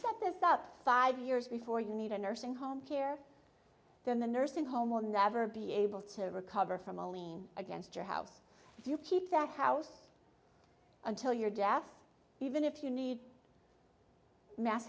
set this up five years before you need a nursing home care then the nursing home will never be able to recover from a lien against your house if you keep that house until your death even if you need ma